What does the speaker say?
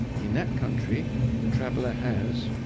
in that country the traveller has,